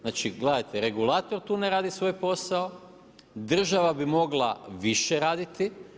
Znači, gledajte regulator tu ne radi svoj posao, država bi mogla više raditi.